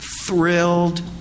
thrilled